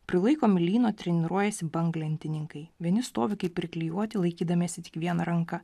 prilaikomi lyno treniruojasi banglentininkai vieni stovi kaip priklijuoti laikydamiesi tik viena ranka